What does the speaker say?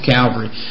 Calvary